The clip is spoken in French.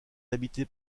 habité